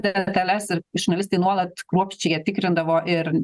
detales ir žurnalistai nuolat kruopščiai ją tikrindavo ir